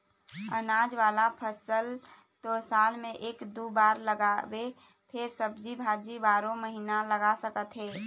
अनाज वाला फसल तो साल म एके दू बार लगाबे फेर सब्जी भाजी बारो महिना लगा सकत हे